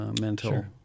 mental